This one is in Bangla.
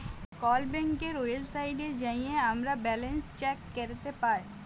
কল ব্যাংকের ওয়েবসাইটে যাঁয়ে আমরা ব্যাল্যান্স চ্যাক ক্যরতে পায়